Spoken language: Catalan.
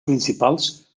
principals